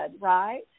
Right